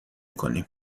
کنیم